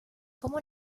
como